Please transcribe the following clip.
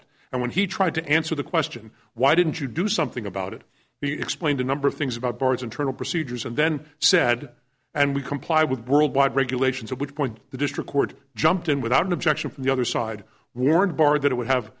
it and when he tried to answer the question why didn't you do something about it he explained a number of things about bars internal procedures and then said and we comply with worldwide regulations at which point the district court jumped in without an objection from the other side warned bar that it would have